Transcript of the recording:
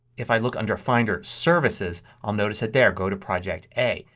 if i look under finder services, i'll notice it there, go to project a.